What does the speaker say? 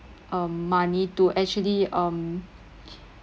um money to actually um